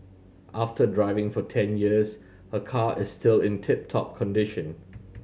after driving for ten years her car is still in tip top condition